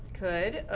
could.